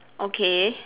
okay